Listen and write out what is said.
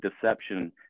deception